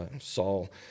Saul